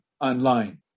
online